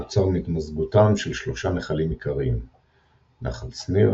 הנוצר מהתמזגותם של שלושה נחלים עיקריים נחל שניר,